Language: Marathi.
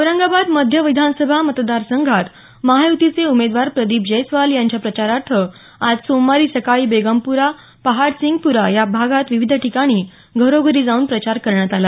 औरंगाबाद मध्य विधानसभा मतदार संघात महायुतीचे उमेदवार प्रदीप जैस्वाल यांच्या प्रचारार्थ आज सोमवारी सकाळी बेगमप्रा पहाडसिंगप्रा या भागात विविध ठिकाणी घरोघरी जावून प्रचार करण्यात आला